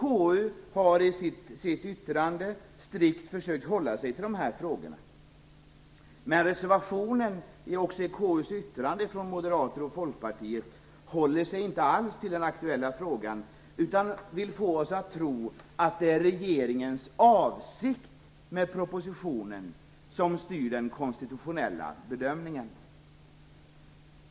KU har i sitt yttrande strikt försökt hålla sig till dessa frågor. Men reservationen från Moderaterna och Folkpartiet håller sig inte alls till den aktuella frågan utan vill få oss att tro att det är regeringens avsikt med propositionen som styr den konstitutionella bedömningen.